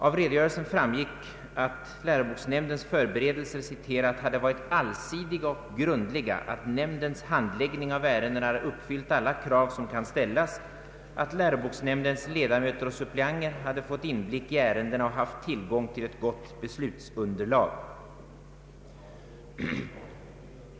Av redogörelsen framgår, att läroboksnämndens förberedelser varit ”allsidiga och grundliga, att nämndens handläggning av ärendena uppfyller alla krav som kan ställas, att läroboksnämndens ledamöter och suppleanter har fått inblick i ärendena och haft tillgång till ett gott beslutsunderlag”.